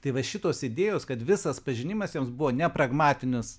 tai va šitos idėjos kad visas pažinimas jiems buvo ne pragmatinis